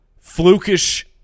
flukish